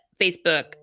Facebook